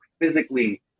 physically